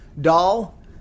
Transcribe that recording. doll